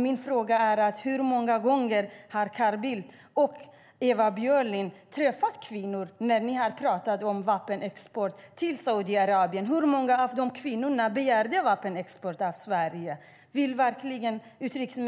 Min fråga är: Hur många gånger har Carl Bildt och Ewa Björling träffat kvinnor när de har pratat om vapenexport till Saudiarabien? Hur många av de kvinnorna begärde vapenexport från Sverige? Vill utrikesministern